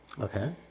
okay